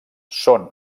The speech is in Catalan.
són